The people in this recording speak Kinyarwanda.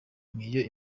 ngiyo